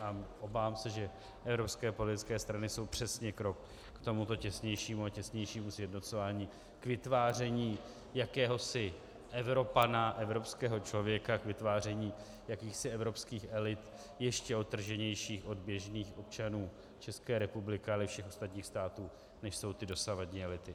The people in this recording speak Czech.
A obávám se, že evropské politické strany jsou přesně krok k tomuto těsnějšímu a těsnějšímu sjednocování, k vytváření jakéhosi Evropana, evropského člověka, k vytváření jakýchsi evropských elit ještě odtrženějších od běžných občanů České republiky, ale i všech ostatních států, než jsou ty dosavadní elity.